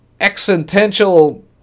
existential